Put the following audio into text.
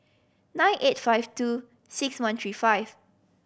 nine eight five two six one three five